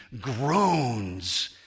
groans